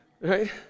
right